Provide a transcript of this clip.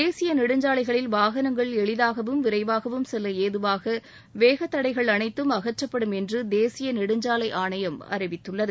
தேசிய நெடுஞ்சாலைகளில் வாகனங்கள் எளிதாகவும் விரைவாகவும் செல்ல ஏதுவாக வேகதடைகள் அனைத்தும் அகற்றப்படும் என்று தேசிய நெடுஞ்சாலை ஆணையம் தெரிவித்துள்ளது